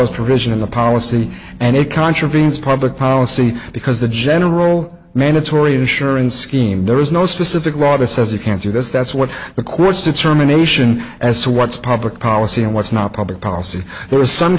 autos provision in the policy and it contravenes public policy because the general mandatory insurance scheme there is no specific law that says you can't do this that's what the courts determination as to what's public policy and what's not public policy there are some